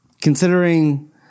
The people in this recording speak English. Considering